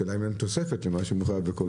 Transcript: השאלה אם אין תוספת למה שמחויב בכל רכב.